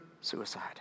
suicide